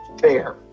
fair